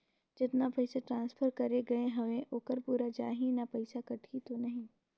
जतना पइसा ट्रांसफर करे गये हवे ओकर पूरा जाही न पइसा कटही तो नहीं?